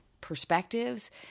perspectives